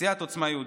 סיעת עוצמה יהודית,